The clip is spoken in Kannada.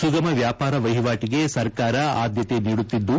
ಸುಗಮ ವ್ಯಾಪಾರ ವಹಿವಾಟಿಗೆ ಸರ್ಕಾರ ಆದ್ಯತೆ ನೀಡುತ್ತಿದ್ದು